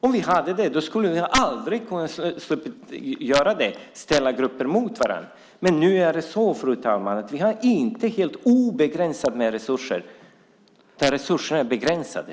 Om vi hade det hade jag sluppit att ställa grupper mot varandra. Men nu är det så, fru talman, att vi inte har obegränsat med resurser. Resurserna är begränsade.